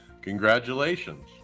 Congratulations